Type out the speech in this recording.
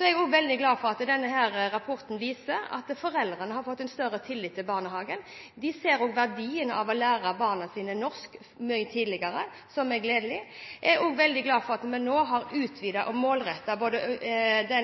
er også veldig glad for at rapporten viser at foreldrene har fått større tillit til barnehagen. De ser også verdien av å lære barna sine norsk mye tidligere – noe som er gledelig. Jeg er også veldig glad for at vi nå har utvidet og målrettet